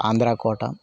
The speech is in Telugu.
ఆంధ్ర కోట